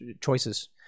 choices